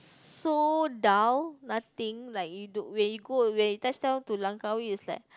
so down nothing like you do when you go away now Langkawi it was like